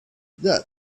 yet